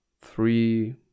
three